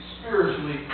spiritually